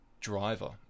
driver